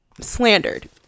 slandered